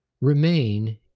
Remain